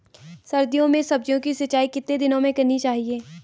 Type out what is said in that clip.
सर्दियों में सब्जियों की सिंचाई कितने दिनों में करनी चाहिए?